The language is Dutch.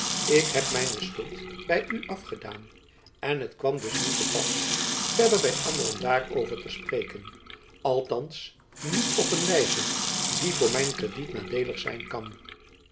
ik heb mijne schuld by u afgedaan en het kwam dus niet te pas verder by anderen daarover te spreken althands niet op een wijze die voor mijn krediet nadeelig zijn kan